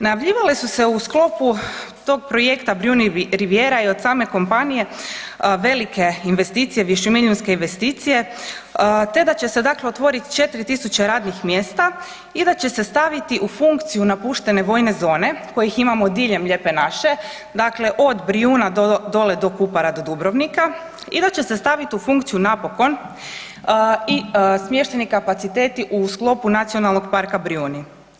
Najavljivale su se u sklopu tog projekta Brijuni Rivijeri je od same kompanije velike investicije, višemilijunske investicije te da će se dakle otvoriti 4 tisuće radnih mjesta i da će se staviti u funkciju napuštene vojne zone kojih imamo diljem Lijepe naše, dakle od Brijuna do dole do Kupara do Dubrovnika i da će se staviti u funkciju napokon i smještajni kapacitetu u sklopu Nacionalnog parka Brijuni.